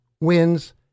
wins